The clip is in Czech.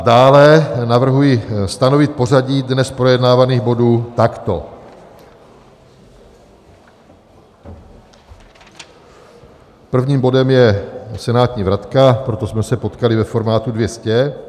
Dále navrhuji stanovit pořadí dnes projednávaných bodů takto: prvním bodem je senátní vratka, proto jsme se potkali ve formátu 200.